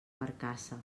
barcassa